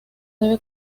debe